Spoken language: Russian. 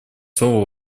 слово